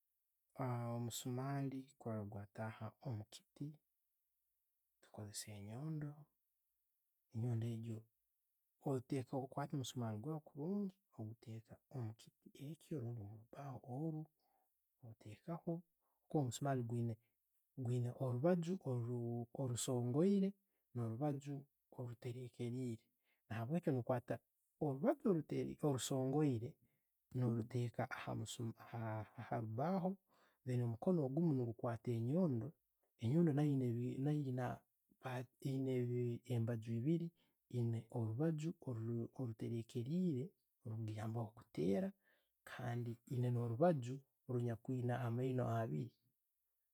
Omusumaali korora gwa taaha omukiiti, nkakozesaa enyondo. Enyondo egyo, otekwaokwata omusumaali gwawe kurungi, oguteeka omukiti orundi nke omukibaaho nke kyo. Ottekaho kuba omusumali guyina orubajju orusongeire, no'rubajju oriterekereire na'bwekyo. Nabwekyo, no kwata orubajju orusongoreirwe no'ruteeka ha musu ha'rubaho, then omukono gummu ne'gukwata enjondo. Ne'enjondo naiyo eyiina embaagyu ebiiri. Eyine Orubaagyu oligiyambaho kuteera kandi eyiine no'rubagju oliyiina amaiino abiiri.